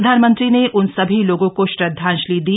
प्रधानमंत्री ने उन सभी लोगों को श्रदधांजलि दी